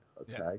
okay